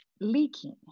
leaking